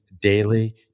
daily